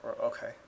okay